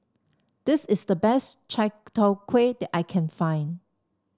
this is the best Chai Tow Kway that I can find